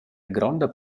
gronda